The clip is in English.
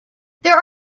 there